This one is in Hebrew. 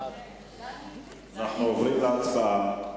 אנחנו עוברים להצבעה.